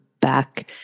back